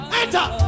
enter